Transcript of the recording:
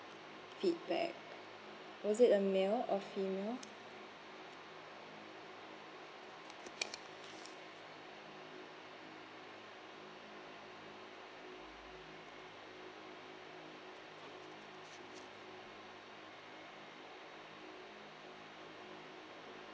feedback was it a male or female